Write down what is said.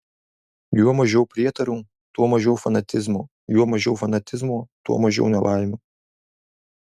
juo mažiau prietarų tuo mažiau fanatizmo juo mažiau fanatizmo tuo mažiau nelaimių